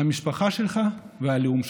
המשפחה שלך והלאום שלך.